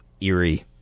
eerie